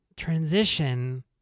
Transition